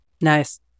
Nice